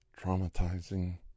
traumatizing